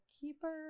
keeper